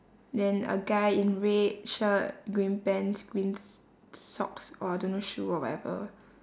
then a guy in red shirt green pants green s~ socks or don't know shoe or whatever